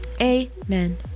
Amen